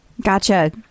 Gotcha